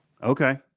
Okay